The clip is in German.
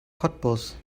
cottbus